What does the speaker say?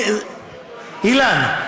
אילן,